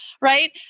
Right